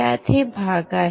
त्यात हे भाग आहेत